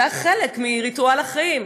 זה היה חלק מריטואל החיים.